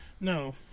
No